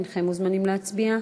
הנכם מוזמנים להצביע.